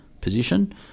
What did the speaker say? position